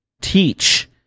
teach